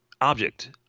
object